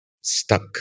stuck